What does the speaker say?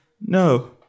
no